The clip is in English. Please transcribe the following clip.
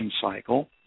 cycle